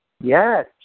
Yes